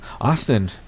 Austin